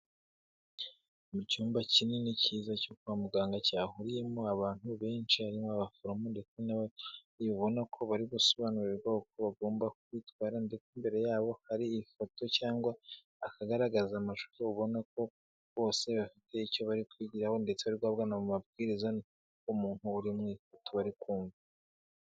Ni icyumba kinini cyiza cyo kwa muganga cyahuriyemo abantu benshi harimo abaforomo ndetse nawe ubona ko ari gusobanurirwa uko bagomba kwitwara, ndetse imbere yabo hari ifoto cyangwa akagaragaza amashusho ubona ko bose bafite icyo bari kwigiraho, ndetse bari guhabwa amabwiriza n'umuntu uri mu ifoto bari kumva.